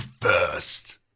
first